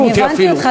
אני הבנתי אותך,